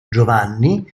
giovanni